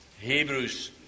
Hebrews